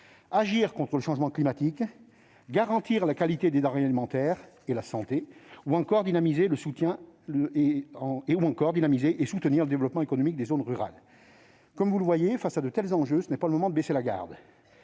agir contre le changement climatique ; garantir la qualité des denrées alimentaires et la santé ; dynamiser et soutenir le développement économique des zones rurales. Comme vous le voyez, face à de tels enjeux, ce n'est pas le moment de baisser la garde